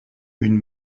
une